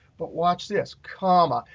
but watch this, comma,